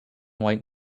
white